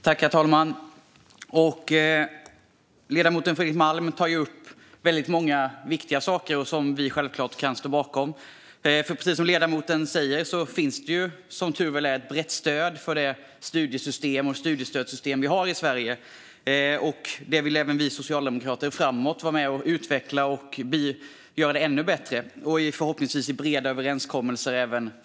Herr talman! Ledamoten Fredrik Malm tar upp väldigt många viktiga saker som vi självklart kan stå bakom. Precis som ledamoten säger finns det, som tur är, ett brett stöd för det studiesystem och det studiestödssystem som vi har i Sverige. Vi socialdemokrater vill även framåt vara med och utveckla det och göra det ännu bättre - förhoppningsvis i breda överenskommelser.